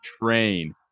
train